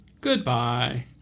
Goodbye